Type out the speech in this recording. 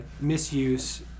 Misuse